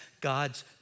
God's